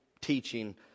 teaching